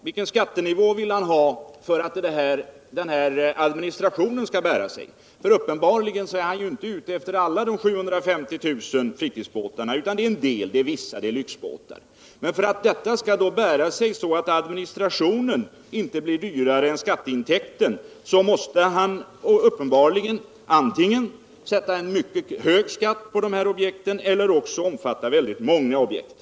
Vilken skattenivå vill han ha för att administrationen skall bära sig? Uppenbarligen är han inte ute efter alla de 750 000 fritidsbåtarna utan en del, ”vissa”, lyxbåtarna. För att skattesystemet skall bära sig så att inte administrationen blir dyrare än skatteintäkten måste han uppenbarligen antingen fastställa en mycket hög skatt på dessa objekt eller också låta skatten omfatta väldigt många objekt.